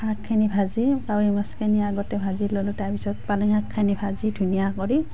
শাকখিনি ভাজি কাৱৈ মাছখিনি আগতে ভাজি ল'লোঁ তাৰপিছত পালেং শাকখিনি ভাজি ধুনীয়া কৰি